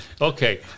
Okay